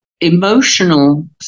emotional